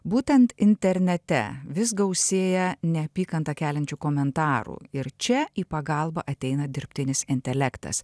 būtent internete vis gausėja neapykantą keliančių komentarų ir čia į pagalbą ateina dirbtinis intelektas